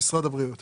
מכשירי האקמו